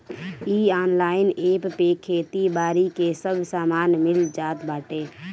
इ online app पे खेती बारी के सब सामान मिल जात बाटे